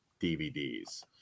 DVDs